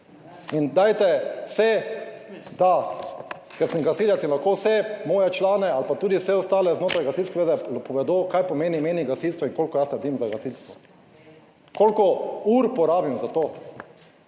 In dajte se da, ker sem gasilec in lahko vse moje člane ali pa tudi vse ostale znotraj Gasilske zveze povedo, kaj pomeni meni gasilstvo in koliko jaz naredim za gasilstvo, koliko ur porabim za to,